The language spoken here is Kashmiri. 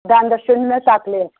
دَنٛدَس چھُ مےٚ تکلیٖف